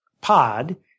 pod